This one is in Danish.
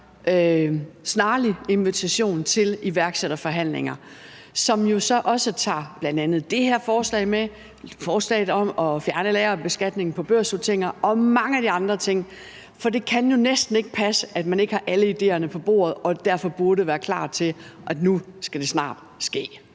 snarlig invitation til iværksætterforhandlinger, som jo så bl.a. også tager det her forslag, forslaget om at fjerne lagerbeskatningen på børsnoteringer og mange af de andre ting med? For det kan jo næsten ikke passe, at man ikke har alle idéerne på bordet. Man burde være klar til, at det nu snart skal